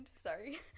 sorry